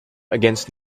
against